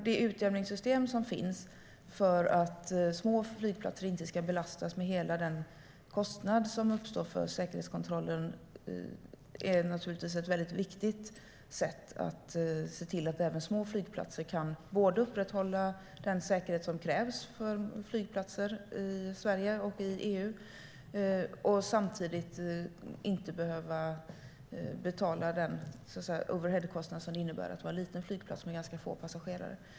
Det utjämningssystem som finns för att små flygplatser inte ska belastas med hela den kostnad som uppstår för säkerhetskontrollen är naturligtvis ett väldigt viktigt sätt att se till att även små flygplatser kan upprätthålla den säkerhet som krävs för flygplatser i Sverige och EU utan att behöva betala den overheadkostnad som det innebär att vara en liten flygplats med ganska få passagerare.